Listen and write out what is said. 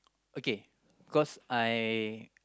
okay cause I